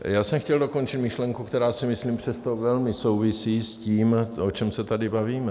Já jsem chtěl dokončit myšlenku, která, si myslím, velmi souvisí s tím, o čem se tady bavíme.